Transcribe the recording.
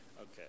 Okay